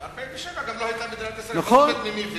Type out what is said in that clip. ב-1947 גם לא היתה מדינת ישראל, נכון.